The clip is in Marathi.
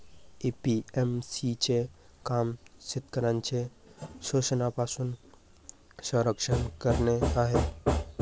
ए.पी.एम.सी चे काम शेतकऱ्यांचे शोषणापासून संरक्षण करणे आहे